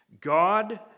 God